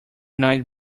night